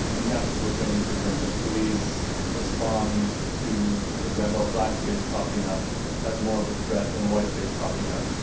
in tactical training, for example, police respond to, for example, a black face popping up as more of a threat than a white face popping up.